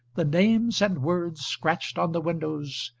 the names and words scratched on the windows,